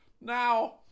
now